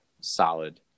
solid